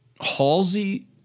Halsey